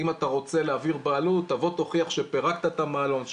אם אתה רוצה להעביר בעלות תבוא תוכיח שפרקת את המעלון,